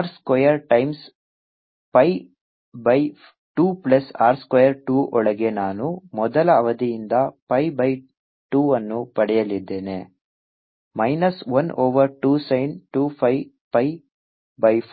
R square times pi by 2 plus R square 2 ಒಳಗೆ ನಾನು ಮೊದಲ ಅವಧಿಯಿಂದ pi ಬೈ 2 ಅನ್ನು ಪಡೆಯಲಿದ್ದೇನೆ minus 1 over 2 sin 2 phi pi by 4 ಮತ್ತು 3 pi ಬೈ 4